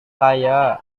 kaya